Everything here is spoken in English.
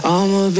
I'ma